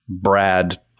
Brad